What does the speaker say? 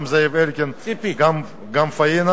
גם זאב אלקין וגם פאינה,